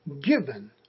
given